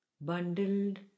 bundled